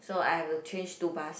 so I have to change two bus